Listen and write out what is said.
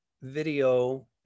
video